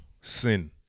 sin